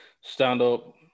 stand-up